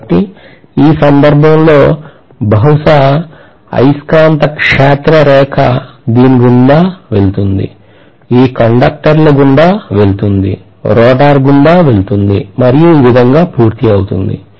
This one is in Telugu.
కాబట్టి ఈ సందర్భంలో బహుశా అయస్కాంత క్షేత్ర రేఖ దీని గుండా వెళుతుంది ఈ కండక్టర్ల గుండా వెళుతుంది రోటర్ గుండా వెళుతుంది మరియు ఈ విధంగా పూర్తి అవుతుంది